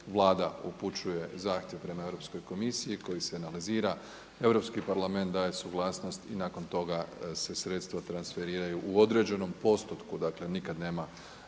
Vlada upućuje zahtjev prema Europskoj komisiji koji se analizira, Europski parlament daje suglasnost i nakon toga se sredstva transferiraju u određenom postotku, dakle nikad nema